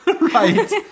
Right